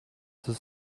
the